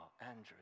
Andrew